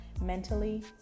mentally